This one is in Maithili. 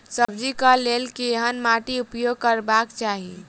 सब्जी कऽ लेल केहन माटि उपयोग करबाक चाहि?